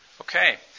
Okay